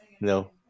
No